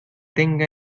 tenga